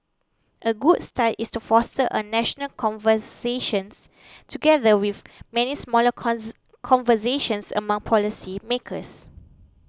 a good start is to foster a national conversations together with many smaller conversations among policy makers